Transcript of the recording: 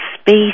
space